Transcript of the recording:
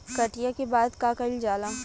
कटिया के बाद का कइल जाला?